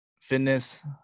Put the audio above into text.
fitness